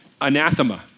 anathema